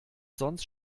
sonst